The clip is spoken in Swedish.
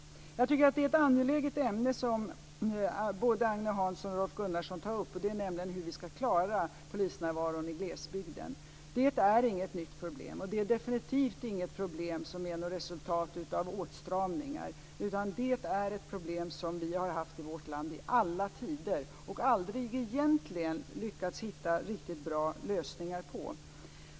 Jag tycker att det är ett angeläget ämne som både Agne Hansson och Rolf Gunnarsson tar upp, nämligen hur vi ska klara polisnärvaron på glesbygden. Det är inget nytt problem, och det är definitivt inget problem som är något resultat av åtstramningar. Det är ett problem som vi har haft i vårt land i alla tider och aldrig egentligen lyckats hitta riktigt bra lösningar på.